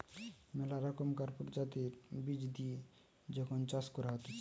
মেলা রকমকার প্রজাতির বীজ দিয়ে যখন চাষ করা হতিছে